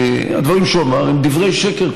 הדברים שהוא אמר הם דברי שקר,